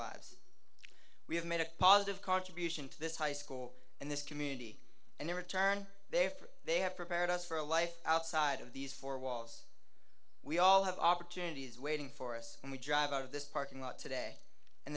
lives we have made a positive contribution to this high school in this community and the return there for they have prepared us for a life outside of these four walls we all have opportunities waiting for us when we drive out of this parking lot today and